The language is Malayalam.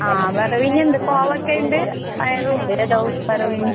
ആ വറവിന് ഉണ്ട് കോവക്ക ഉണ്ട് പയറും ഉണ്ട് ഏതാണ് വറവിന്